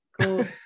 cool